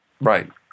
right